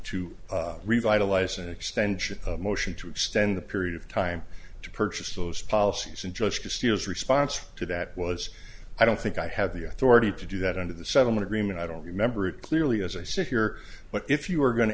to revitalize an extension motion to extend the period of time to purchase those policies and just to see his response to that was i don't think i have the authority to do that under the settlement agreement i don't remember it clearly as i sit here but if you are going to